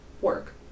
work